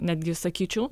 netgi sakyčiau